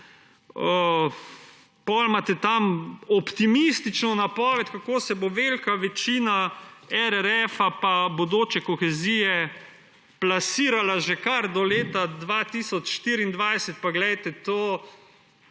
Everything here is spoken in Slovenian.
Potem imate tam optimistično napoved, kako se bo velika večina RRF pa bodoče kohezije plasirala že kar do leta 2024. Pa glejte,